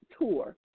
tour